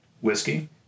whiskey